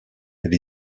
elle